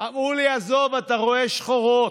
אמרו לי: עזוב, אתה רואה שחורות.